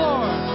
Lord